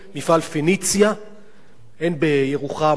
אין בירוחם או בסביבה הרבה מקורות, אם הם יפוטרו,